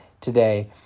today